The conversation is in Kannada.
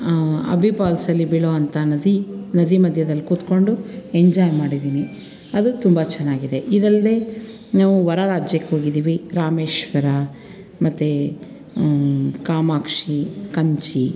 ಅಬ್ಬೆ ಫಾಲ್ಸಲ್ಲಿ ಬೀಳುವಂಥ ನದಿ ನದಿ ಮಧ್ಯದಲ್ಲಿ ಕೂತ್ಕೊಂಡು ಎಂಜಾಯ್ ಮಾಡಿದ್ದೀನಿ ಅದು ತುಂಬ ಚೆನ್ನಾಗಿದೆ ಇದಲ್ಲದೇ ನಾವು ಹೊರರಾಜ್ಯಕ್ಕೋಗಿದ್ದೀವಿ ರಾಮೇಶ್ವರ ಮತ್ತು ಕಾಮಾಕ್ಷಿ ಕಂಚಿ